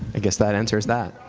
i guess that answers that.